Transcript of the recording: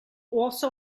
also